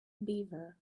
beaver